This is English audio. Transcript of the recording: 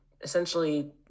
essentially